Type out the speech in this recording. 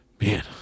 Man